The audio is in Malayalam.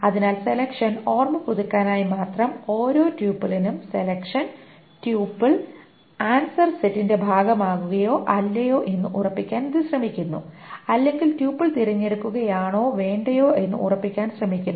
അതിനാൽ സെലെക്ഷൻ ഓർമ്മ പുതുക്കാനായി മാത്രം ഓരോ ട്യൂപ്പിളിനും സെലെക്ഷൻ ട്യൂപ്പിൾ ആൻസർ സെറ്റിന്റെ ഭാഗമാകുമോ അല്ലയോ എന്ന് ഉറപ്പിക്കാൻ ഇത് ശ്രമിക്കുന്നു അല്ലെങ്കിൽ ട്യൂപ്പിൾ തിരഞ്ഞെടുക്കണോ വേണ്ടയോ എന്ന് ഉറപ്പിക്കാൻ ശ്രമിക്കുന്നു